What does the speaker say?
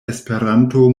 esperanto